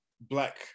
black